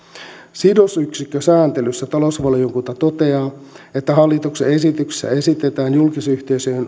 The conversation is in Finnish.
sidosyksikkösääntelystä talousvaliokunta toteaa että hallituksen esityksessä esitetään julkisyhteisöjen